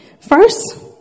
First